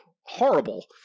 horrible